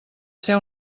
ser